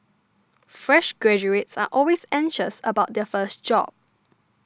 fresh graduates are always anxious about their first job